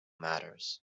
matters